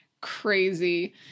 crazy